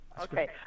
Okay